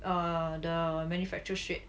err the manufacturer straight